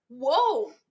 Whoa